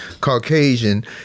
Caucasian